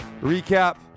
Recap